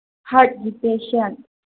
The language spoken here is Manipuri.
ꯍꯥꯔꯠꯀꯤ ꯄꯦꯁꯦꯟ